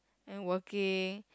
and working